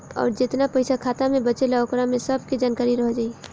अउर जेतना पइसा खाता मे बचेला ओकरा में सब के जानकारी रह जाइ